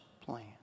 plan